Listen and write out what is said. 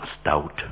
stout